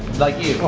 like you. oh